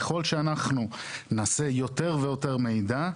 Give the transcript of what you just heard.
ככל שאנחנו נעשה יותר ויותר מידע,